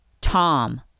Tom